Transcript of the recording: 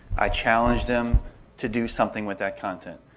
i challenge them to do something with that content.